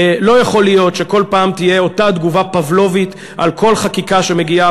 לא יכול להיות שכל פעם תהיה אותה תגובה פבלובית על כל חקיקה שמגיעה.